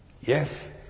Yes